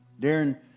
Darren